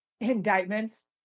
Indictments